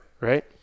right